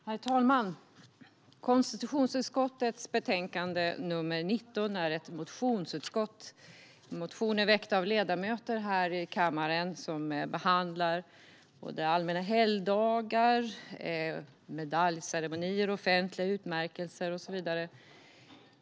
Herr ålderspresident! Konstitutionsutskottets betänkande 19 är en utskottsmotion. En motion har väckts av ledamöter här i kammaren. Den behandlar allmänna helgdagar, medaljceremonier, offentliga utmärkelser och så vidare.